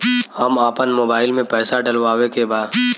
हम आपन मोबाइल में पैसा डलवावे के बा?